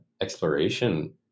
exploration